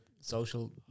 social